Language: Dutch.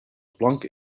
plank